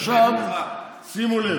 עכשיו שימו לב: